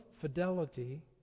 fidelity